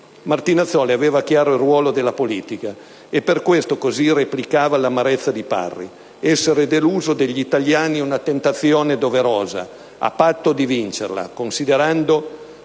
Martinazzoli aveva chiaro il ruolo della politica, e per questo così replicava all'amarezza di Parri: «Essere deluso degli italiani è una tentazione doverosa, a patto di vincerla; considerando